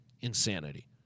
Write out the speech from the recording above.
Insanity